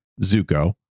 Zuko